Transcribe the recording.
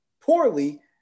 poorly